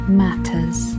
matters